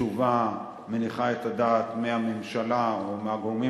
תשובה מניחה את הדעת מהממשלה או מהגורמים